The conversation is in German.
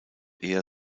eher